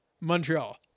Montreal